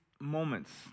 moments